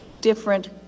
different